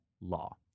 law